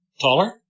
taller